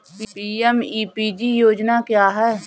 PMEPG योजना क्या है?